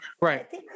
Right